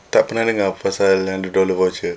tak pernah dengar pasal hundred dollar voucher